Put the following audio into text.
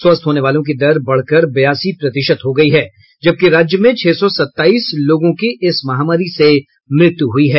स्वस्थ होने वालों की दर बढ़कर बयासी प्रतिशत हो गयी है जबकि राज्य में छह सौ सत्ताईस लोगों की इस महामारी से मृत्यु हुई है